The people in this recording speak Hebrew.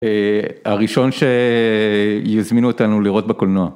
הראשון שיזמינו אותנו לראות בקולנוע.